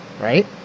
right